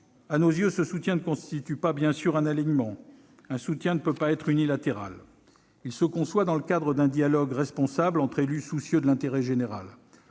à nos yeux, ce soutien ne constitue pas, bien sûr, un alignement. Un soutien ne peut pas être unilatéral ; il se conçoit dans le cadre d'un dialogue responsable entre élus soucieux de l'intérêt général.